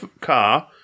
car